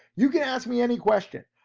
you can ask me any question.